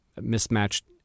mismatched